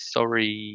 Sorry